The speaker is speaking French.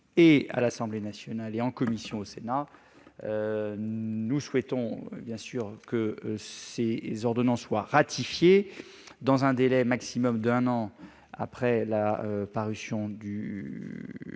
à l'Assemblée nationale et en commission au Sénat, nous souhaitons que ces ordonnances soient ratifiées dans un délai maximum d'un an après la promulgation du